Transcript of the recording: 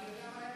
יש עתיד.